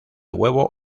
huevo